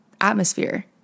atmosphere